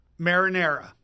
Marinara